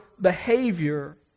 behavior